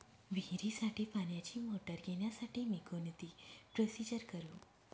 विहिरीसाठी पाण्याची मोटर घेण्यासाठी मी कोणती प्रोसिजर करु?